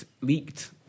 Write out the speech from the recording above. leaked